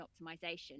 optimization